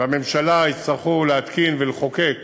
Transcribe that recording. והממשלה יצטרכו להתקין ולחוקק